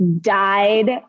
died